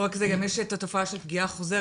זה לא רק זה, גם יש את התופעה של פגיעה חוזרת.